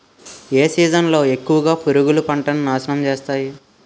ఏ season లో ఎక్కువుగా పురుగులు పంటను నాశనం చేస్తాయి?